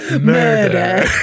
Murder